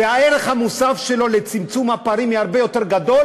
והערך המוסף של זה לצמצום הפערים יהיה הרבה יותר גדול